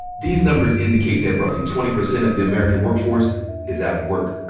these numbers indicate that roughly twenty percent of the american workforce is out of work,